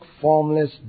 formless